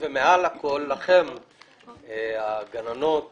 מעמד הגננת